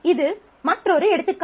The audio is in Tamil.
இது மற்றொரு எடுத்துக்காட்டு